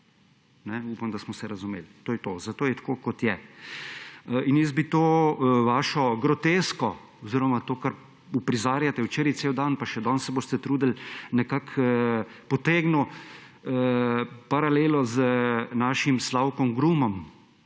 Upam, da smo se razumeli. To je to. Zato je tako, kot je. In jaz bi s to vašo grotesko oziroma s tem, kar uprizarjate včeraj cel dan pa še danes se boste trudili, nekako potegnil paralelo z našim Slavkom Grumom